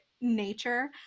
nature